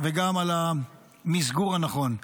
וגם על המסגור הנכון.